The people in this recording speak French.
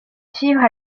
suivre